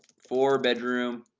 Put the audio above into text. four bedroom